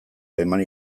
eman